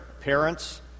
parents